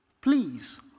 please